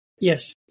Yes